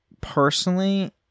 personally